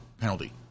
penalty